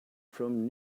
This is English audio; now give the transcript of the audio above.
from